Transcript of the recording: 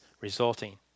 resulting